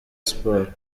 sports